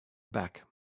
back